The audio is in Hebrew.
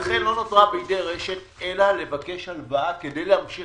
לכן לא נותרה בידי רש"ת ברירה אלא לבקש הלוואה כדי להמשיך